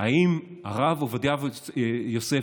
האם הרב עובדיה יוסף,